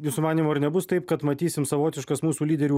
jūsų manymu ar nebus taip kad matysim savotiškas mūsų lyderių